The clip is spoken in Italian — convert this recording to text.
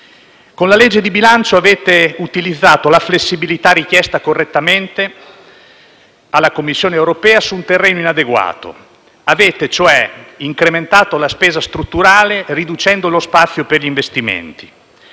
Con la legge di bilancio avete utilizzato la flessibilità richiesta correttamente alla Commissione europea su un terreno inadeguato; avete cioè incrementato la spesa strutturale riducendo lo spazio per gli investimenti.